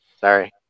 sorry